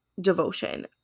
devotion